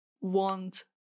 want